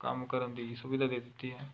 ਕੰਮ ਕਰਨ ਦੀ ਸੁਵਿਧਾ ਦੇ ਦਿੱਤੀ ਹੈ